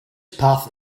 path